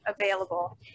available